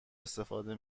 استفاده